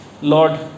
Lord